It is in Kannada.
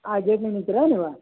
ಹಾಂ ಗೇಟ್ನಾಗ ನಿಂತಿರಾ ನೀವು